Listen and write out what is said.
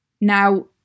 Now